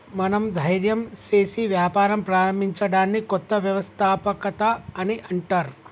మనం ధైర్యం సేసి వ్యాపారం ప్రారంభించడాన్ని కొత్త వ్యవస్థాపకత అని అంటర్